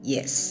Yes